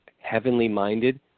heavenly-minded